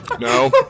No